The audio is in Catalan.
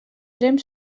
tremp